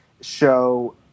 show